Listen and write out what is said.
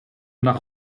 nach